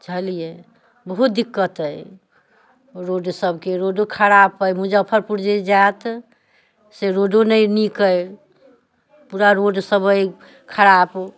बुझलियै बहुत दिक्कत अहि रोड सभके रोडो खराब अहि मुजफ्फरपुर जे जाइत से रोडो सभ नहि नीक अहि पूरा रोड सभ अहि खराब